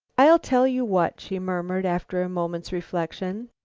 i'll tell you what, she murmured, after a moment's reflection.